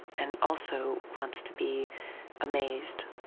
and also, wants to be amazed,